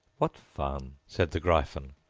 what fun said the gryphon,